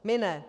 My ne.